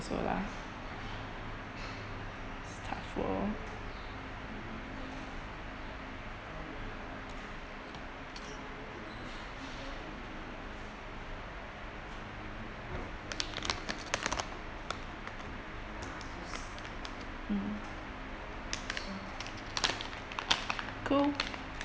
so lah start for mmhmm cool